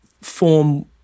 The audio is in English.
form